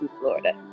Florida